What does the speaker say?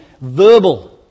verbal